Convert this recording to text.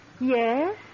Yes